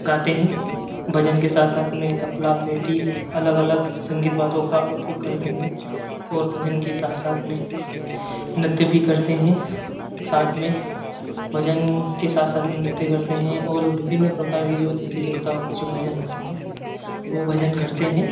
गाते हैं भजन के साथ साथ में थपला पेटी अलग अलग संगीतवाद्यों का उपयोग करते हैं और भजन के साथ साथ में नृत्य भी करते हैं साथ में भजन के साथ साथ में नृत्य करते हैं और विभिन्न प्रकार की जो देवी देवताओं के जो भजन होते हैं वो भजन करते हैं